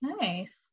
Nice